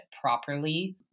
properly